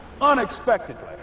unexpectedly